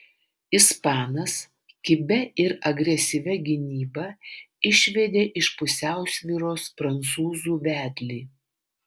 ispanas kibia ir agresyvia gynyba išvedė iš pusiausvyros prancūzų vedlį